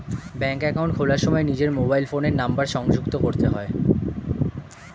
ব্যাঙ্কে অ্যাকাউন্ট খোলার সময় নিজের মোবাইল ফোনের নাম্বার সংযুক্ত করতে হয়